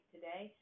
Today